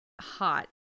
hot